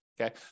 Okay